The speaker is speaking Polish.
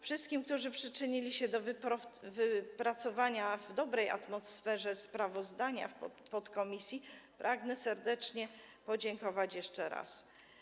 Wszystkim, którzy przyczynili się do wypracowania w dobrej atmosferze sprawozdania podkomisji, pragnę serdecznie podziękować jeszcze raz.